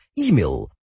email